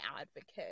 advocate